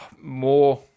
more